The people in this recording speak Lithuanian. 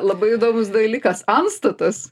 labai įdomus dalykas antstatas